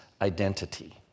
identity